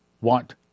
want